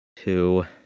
two